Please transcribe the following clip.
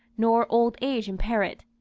nor old age impair it.